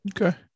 Okay